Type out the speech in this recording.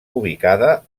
ubicada